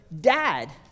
dad